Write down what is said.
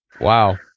wow